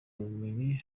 ubumenyi